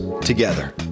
together